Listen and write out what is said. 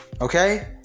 okay